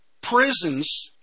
prisons